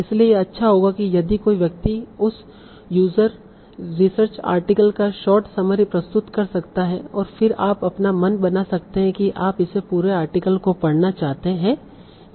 इसलिए यह अच्छा होगा यदि कोई व्यक्ति उस यूजर रिसर्च आर्टिकल का शोर्ट समरी प्रस्तुत कर सकता है और फिर आप अपना मन बना सकते हैं कि आप इस पूरे आर्टिकल को पढ़ना चाहते हैं या नहीं